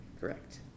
Correct